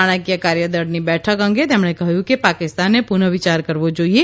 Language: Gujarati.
નાણાંકીય કાર્યદળની બેઠક અંગે તેમણે કહ્યું કે પાકિસ્તાને પુનઃવિચાર કરવો જોઈએ